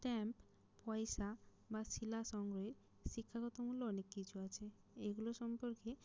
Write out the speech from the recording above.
stamp পয়সা বা শিলা সংগ্রহে শিক্ষাগত মূল্য অনেক কিছু আছে এগুলো সম্পর্কে